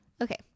Okay